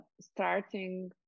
starting